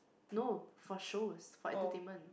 no for shows for entertainment